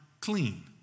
clean